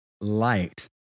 light